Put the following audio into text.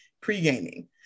pre-gaming